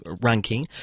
ranking